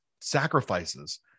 sacrifices